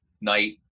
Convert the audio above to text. night